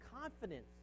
confidence